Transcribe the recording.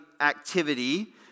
activity